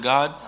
God